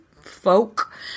folk—